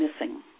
missing